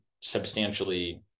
substantially